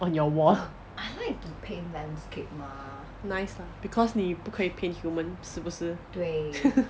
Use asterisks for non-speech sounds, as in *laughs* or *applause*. on your wall nice lah because 你不可以 paint human 是不是 *laughs*